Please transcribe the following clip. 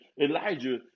Elijah